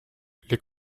les